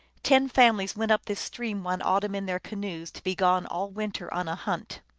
ten families went up this stream one autumn in their canoes, to be gone all vinter on a hunt.